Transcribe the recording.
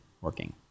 working